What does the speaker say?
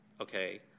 okay